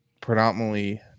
predominantly